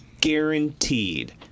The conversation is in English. guaranteed